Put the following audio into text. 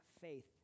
faith